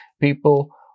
people